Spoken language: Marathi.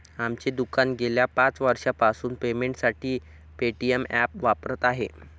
आमचे दुकान गेल्या पाच वर्षांपासून पेमेंटसाठी पेटीएम ॲप वापरत आहे